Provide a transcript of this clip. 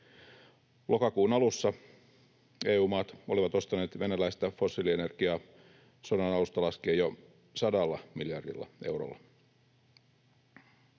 Lokakuun alussa EU-maat olivat ostaneet venäläistä fossiilienergiaa sodan alusta laskien jo 100 miljardilla eurolla.